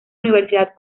universidad